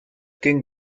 ging